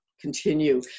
continue